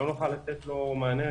לא נוכל לתת לו מענה,